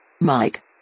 Mike